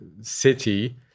city